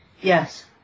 Yes